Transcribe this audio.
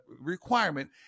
requirement